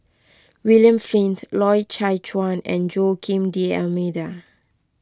William Flint Loy Chye Chuan and Joaquim D'Almeida